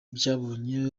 byabonye